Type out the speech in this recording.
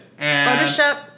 Photoshop